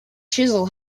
chisel